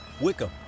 Wickham